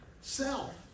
Self